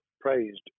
praised